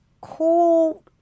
cool